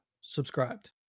subscribed